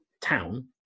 town